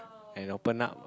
and open up